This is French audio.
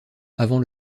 avant